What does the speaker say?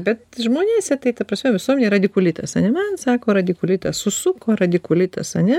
bet žmonėse tai ta prasme visuomenei radikulitas ane man sako radikulitas susuko radikulitas ane